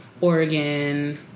Oregon